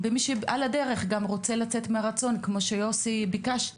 ומי שעל הדרך רוצה לצאת מרצון כמו שיוסי ביקש,